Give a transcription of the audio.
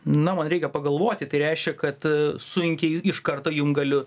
na man reikia pagalvoti tai reiškia kad sunkiai iš karto jum galiu